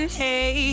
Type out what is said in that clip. hey